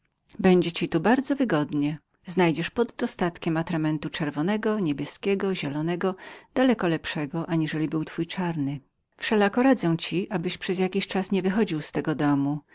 będzie ci tu bardzo wygodnie znajdziesz podostatkiem atramentu czerwonego niebieskiego zielonego daleko lepszego aniżeli był twój czarny wszelako radzę ci abyś przez jakiś czas nie wychodził z domu